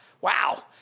wow